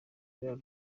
y’epfo